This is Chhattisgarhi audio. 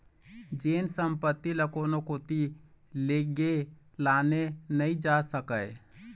जेन संपत्ति ल कोनो कोती लेगे लाने नइ जा सकय